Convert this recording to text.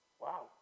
Wow